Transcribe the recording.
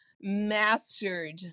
mastered